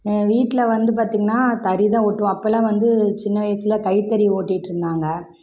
வீட்டில் வந்து பார்த்திங்கன்னா தறிதான் ஓட்டுவோம் அப்போல்லாம் வந்து சின்ன வயசில் கைத்தறி ஓட்டிட்டிருந்தாங்க